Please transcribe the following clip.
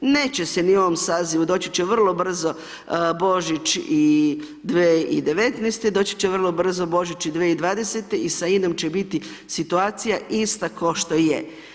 Neće se ni u ovom sazivu, doći će vrlo brzo, Božić i 2019. doći će vrlo brzo Božić i 2020. i sa INA-om će biti situacija ista ko što i je.